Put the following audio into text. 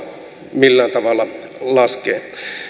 millään tavalla laskea